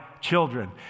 children